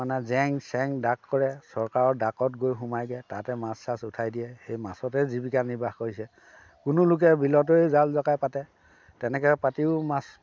মানে জেং চেং ডাক কৰে চৰকাৰৰ ডাকত গৈ সোমাইগে তাতে মাছ চাচ উঠাই দিয়ে সেই মাছতে জীৱিকা নিৰ্বাহ কৰিছে কোনো লোকে বিলতেই জাল জকাই পাতে তেনেকৈ পাতিও মাছ